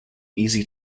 easy